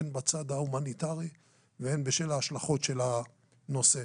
הן בצד ההומניטרי והן בשל ההשלכות של הנושא.